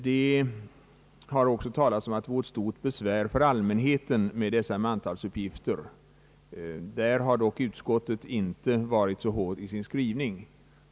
Det har också talats om att det innebär ett stort besvär för allmänheten att lämna mantalsuppgifter. På den punkten har utskottet dock varit försiktigare i sin skrivning.